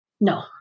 No